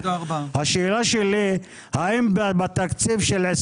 השאלה שלי, האם בתקציב של-